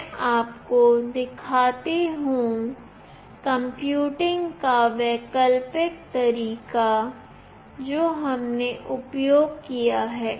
मैं आपको दिखाती हूं कंप्यूटिंग का वैकल्पिक तरीका जो हमने उपयोग किया है